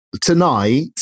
tonight